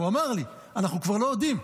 הוא אמר לי: אנחנו כבר לא יודעים.